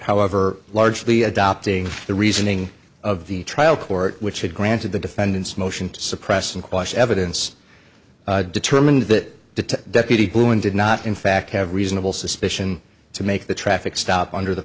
however largely adopting the reasoning of the trial court which had granted the defendant's motion to suppress and quashed evidence determined that the deputy blew and did not in fact have reasonable suspicion to make the traffic stop under the